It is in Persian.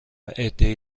عدهای